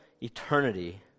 eternity